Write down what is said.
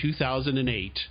2008